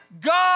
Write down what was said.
God